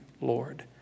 Lord